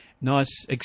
nice